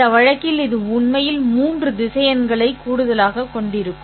இந்த வழக்கில் இது உண்மையில் மூன்று திசையன்களை கூடுதலாகக் கொண்டிருக்கும்